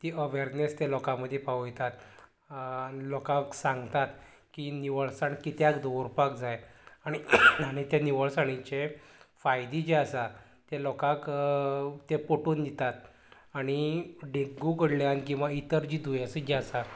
तीं अवरनेस तीं लोकां मदीं पावयतात लोकांक सांगतात की निवळसाण कित्याक दवरपाक जाय आनी तें निवळसाणीचे फायदे जे आसा ते लोकांक ते पटून दितात आनी डेंगू कडल्यान किंवां इतर जीं दुयेसां जी आसात